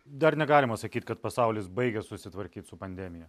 dar negalima sakyt kad pasaulis baigia susitvarkyt su pandemija